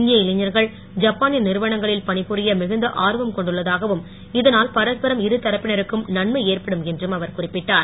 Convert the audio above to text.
இந்திய இளைஞர்சள் ஜப்பானிய நிறுவனங்களில் பணிபுரிய மிகுந்த ஆர்வம் கொண்டுள்ளதாகவும் இதனால் பரஸ்பரம் இரு தரப்பினருக்கும் நன்னை ஏற்படும் என்றும் அவர் குறிப்பிட்டார்